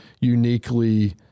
uniquely